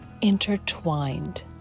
intertwined